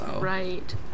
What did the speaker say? right